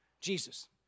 Jesus